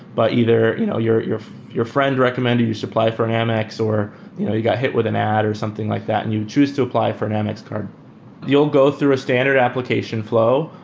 but either you know your your friend recommend you should apply for an amex or you know you got hit with an ad or something like that and you choose to apply for an amex card you'll go through a standard application flow,